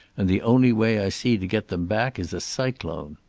and the only way i see to get them back is a cyclone.